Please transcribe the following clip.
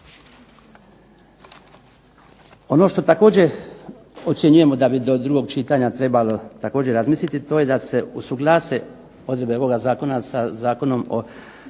Ono što također ocjenjujemo da bi do drugog čitanja trebalo razmisliti, a to je da se usuglase odredbe ovoga zakona sa Zakonom o